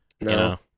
No